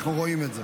אנחנו רואים את זה.